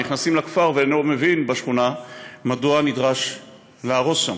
נכנסים לכפר ואין מי שמבין בשכונה מדוע נדרש להרוס שם.